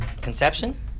Conception